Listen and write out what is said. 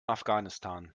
afghanistan